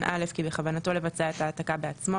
(א) כי בכוונתו לבצע את ההעתקה בעצמו,